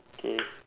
okay